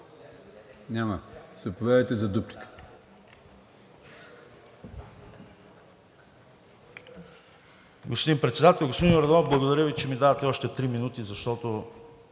Няма. Заповядайте за дуплика.